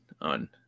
on